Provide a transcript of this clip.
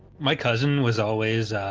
my cousin was always